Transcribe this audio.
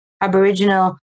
Aboriginal